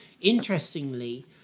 interestingly